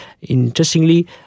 interestingly